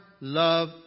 love